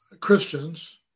Christians